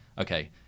okay